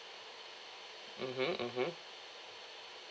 mmhmm mmhmm